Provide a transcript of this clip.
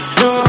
no